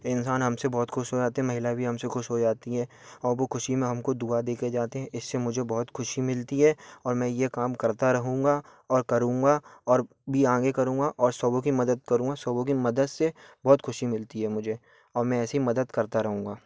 इंसान हमसे बहुत ख़ुश हो जाते हैं महिलाएँ भी हमसे ख़ुश हो जाती हैं और वह ख़ुशी में हमको दुआ देकर जाते हैं इससे मुझे बहुत ख़ुशी मिलती है और मैं यह काम करता रहूँगा और करूँगा और भी आगे करूँगा और सभी की मदद करूँगा सभी की मदद से बहुत ख़ुशी मिलती है मुझे और मैं ऐसे ही मदद करता रहूँगा